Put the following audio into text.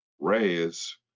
raise